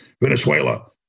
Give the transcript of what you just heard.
Venezuela